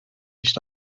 nicht